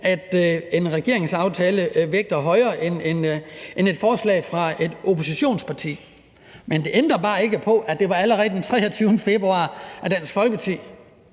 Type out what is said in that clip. at en regeringsaftale vægter højere end et forslag fra et oppositionsparti. Men det ændrer bare ikke på, at det allerede var den 23. februar, at Dansk Folkeparti